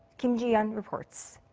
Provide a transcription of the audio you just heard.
kim ji-yeon reports.